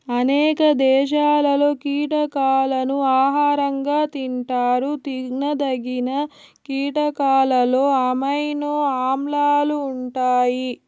అనేక దేశాలలో కీటకాలను ఆహారంగా తింటారు తినదగిన కీటకాలలో అమైనో ఆమ్లాలు ఉంటాయి